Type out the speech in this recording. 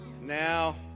Now